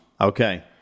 Okay